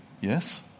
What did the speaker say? Yes